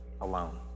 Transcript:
alone